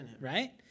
right